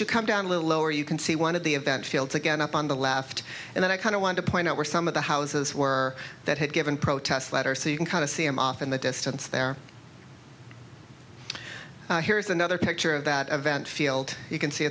you come down a little lower you can see one of the event fields again up on the left and then i kind of want to point out where some of the houses were that had given protest letter so you can kind of see him off in the distance there here's another picture of that event field you can see